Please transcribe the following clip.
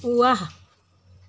ৱাহ